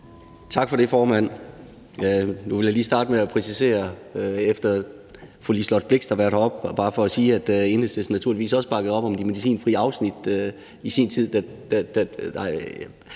Tak for det, formand. Nu vil jeg lige starte med at præcisere, efter fru Liselott Blixt har været heroppe, at Enhedslisten naturligvis også bakkede op om de medicinfri afsnit i sin tid.